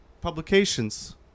publications